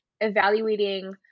evaluating